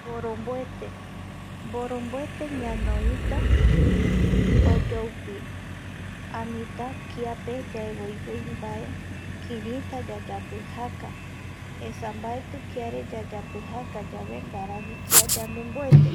Mboromboete, mboromboete ñanoita oyoipi anita kiape yaevoivoi mbae kirita yayapijaka esa mbaeti yayapijaka yave ngaravi kia yande mboete